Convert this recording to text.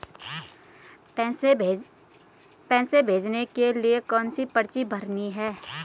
पैसे भेजने के लिए कौनसी पर्ची भरनी है?